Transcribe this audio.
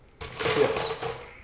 Yes